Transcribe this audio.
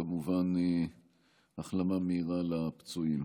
וכמובן החלמה מהירה לפצועים.